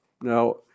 Now